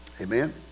Amen